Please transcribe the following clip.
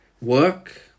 work